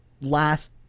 last